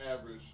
average